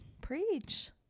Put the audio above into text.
Preach